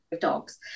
dogs